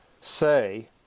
Say